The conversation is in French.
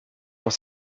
dans